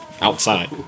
outside